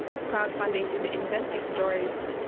crowdfunding didn't invent these stories,